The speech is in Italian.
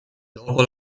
dopo